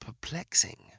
perplexing